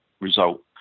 result